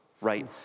right